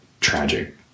tragic